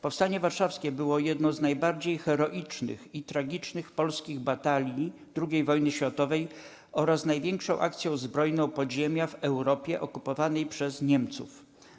Powstanie Warszawskie było jedną z najbardziej heroicznych i tragicznych polskich batalii II wojny światowej oraz największą akcją zbrojną podziemia w Europie okupowanej przez Niemców.